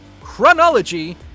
Chronology